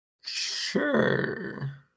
Sure